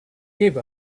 gave